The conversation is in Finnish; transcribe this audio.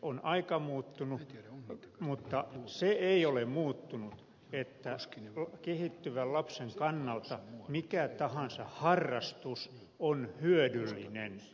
eli aika on muuttunut mutta se ei ole muuttunut että kehittyvän lapsen kannalta mikä tahansa harrastus on hyödyllinen